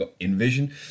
envision